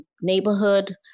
neighborhood